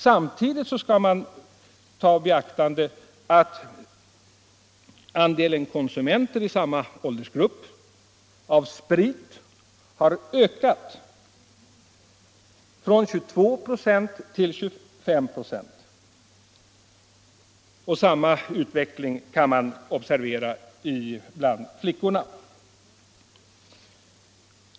Samtidigt skall man ta i beaktande att andelen spritkonsumenter i samma åldersgrupp ökade under den tiden från 22 till 25 926. Samma utveckling kunde observeras bland flickorna.